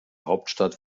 hauptstadt